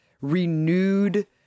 renewed